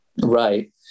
Right